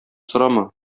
сорама